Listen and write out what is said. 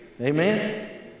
Amen